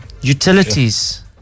utilities